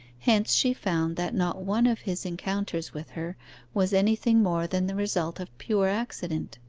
hence she found that not one of his encounters with her was anything more than the result of pure accident.